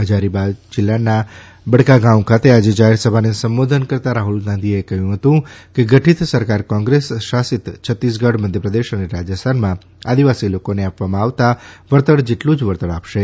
હજારીબાગ જિલ્લાના બડકાગાંવ ખાતે આજે જાહેર સભાને સંબોધન કરતાં રાહુલ ગાંધીએ કહ્યું હતું કે ગઠિત સરકાર કોંગ્રેસ શાસિત છત્તીસગઢ મધ્યપ્રદેશ અને રાજસ્થાનમાં આદિવાસી લોકોને આપવામાં આવતા વળતર જેટલુજ વળતર આપશે